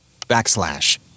backslash